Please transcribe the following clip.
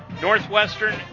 Northwestern